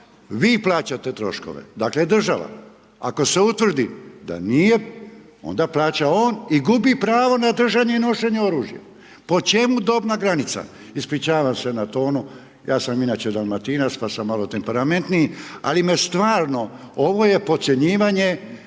vi plaćate troškove, dakle, država. Ako se utvrdi da nije onda plaća on i gubi pravo na držanje i nošenje oružja. Po čemu dobna granica? Ispričavam se na tonu ja sam inače dalmatinac pa sam malo temperamentniji ali me stvarno, ovo je podcjenjivanje,